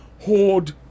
hoard